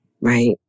right